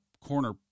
corner